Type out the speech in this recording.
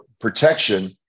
protection